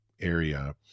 area